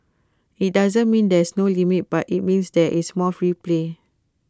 IT doesn't mean there's no limits but IT means there is more free play